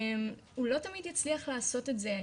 הוא לא תמיד יצליח לעשות את זה,